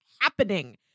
happening